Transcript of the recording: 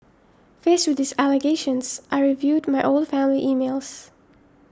faced with these allegations I reviewed my old family emails